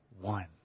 one